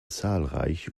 zahlreich